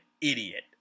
idiot